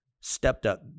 stepped-up